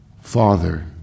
Father